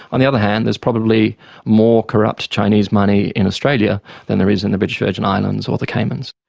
on the other hand there's probably more corrupt chinese money in australia than there is in the british virgin islands or the caymans.